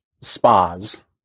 spas